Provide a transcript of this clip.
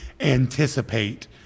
anticipate